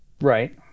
Right